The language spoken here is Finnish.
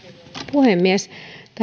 puhemies